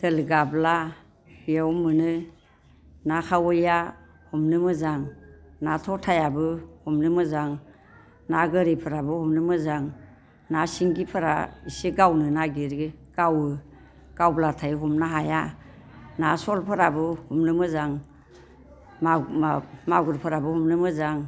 दोल गाब्ला बेयाव मोनो ना खावैआ हमनो मोजां ना थ'थायाबो हमनो मोजां ना गोरिफोराबो हमनो मोजां ना सिंगिफोरा इसे गावनो नागिरो गावो गावब्लाथाय हमनो हाया ना सलफोराबो हमनो मोजां मागुरफोराबो हमनो मोजां